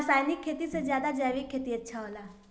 रासायनिक खेती से ज्यादा जैविक खेती अच्छा होला